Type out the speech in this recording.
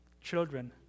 children